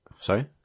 Sorry